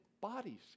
bodies